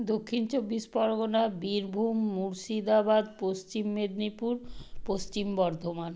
Dakshin Chobbish Pargana Birbhum Murshidabad Paschim Medinipur Paschim Bardhaman